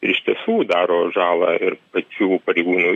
iš tiesų daro žalą ir pačių pareigūnų